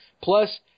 Plus